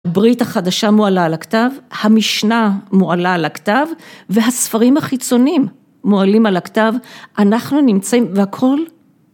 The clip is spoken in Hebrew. ברית החדשה מועלה על הכתב, המשנה מועלה על הכתב והספרים החיצוניים מועלים על הכתב אנחנו נמצאים והכל